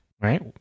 right